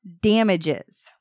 damages